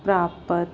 ਪ੍ਰਾਪਤ